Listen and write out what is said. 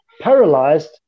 paralyzed